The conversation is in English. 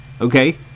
okay